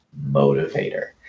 motivator